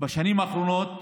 בשנים האחרונות